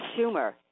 Schumer